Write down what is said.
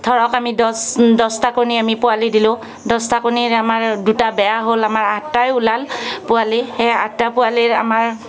ধৰক আমি দহ দহটা কণী আমি পোৱালী দিলোঁ দহটা কণীৰ আমাৰ দুটা বেয়া হ'ল আমাৰ আঠটাই ওলাল পোৱালি সেই আঠটা পোৱালীৰ আমাৰ